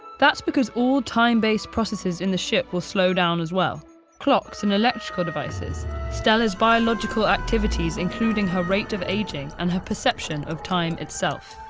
that's because all time-based processes in the ship will slow down as well clocks and electrical devices stella's biological activities including her rate of aging and her perception of time itself.